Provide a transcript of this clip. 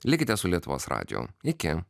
likite su lietuvos radiju iki